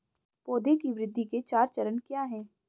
पौधे की वृद्धि के चार चरण क्या हैं?